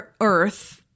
Earth